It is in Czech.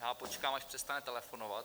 Já počkám, až přestane telefonovat.